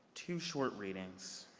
two short readings